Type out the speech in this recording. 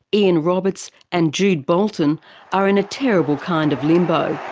ian roberts, and jude bolton are in a terrible kind of limbo.